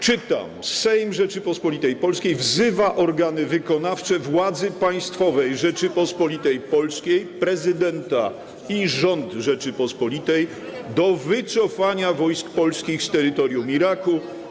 Czytam: Sejm Rzeczypospolitej Polskiej wzywa organy wykonawcze władzy państwowej Rzeczypospolitej Polskiej, Prezydenta i Rząd Rzeczypospolitej do wycofania wojsk polskich z terytorium Iraku.